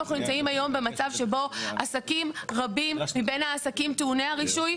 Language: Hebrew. אנחנו נמצאים היום במצב שבו עסקים רבים מבין העסקים טעוני הרישוי,